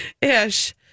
ish